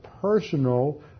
personal